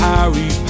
Harry